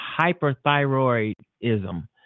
hyperthyroidism